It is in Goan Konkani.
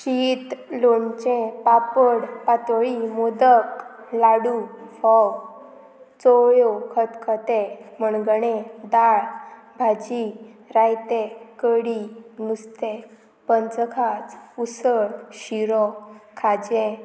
शीत लोणचें पापड पातोळी मोदक लाडू फोव चोवळ्यो खतखतें मणगणें दाळ भाजी रायतें कडी नुस्तें पंचखाद्य उसळ शिरो खाजें